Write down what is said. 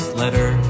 letter